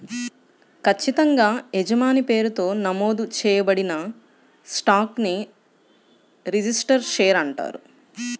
ఖచ్చితంగా యజమాని పేరుతో నమోదు చేయబడిన స్టాక్ ని రిజిస్టర్డ్ షేర్ అంటారు